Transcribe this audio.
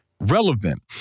relevant